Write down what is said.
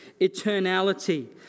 eternality